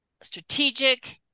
strategic